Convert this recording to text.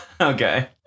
Okay